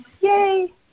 Yay